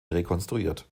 rekonstruiert